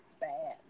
bad